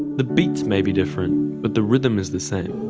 the beat may be different but the rhythm is the same.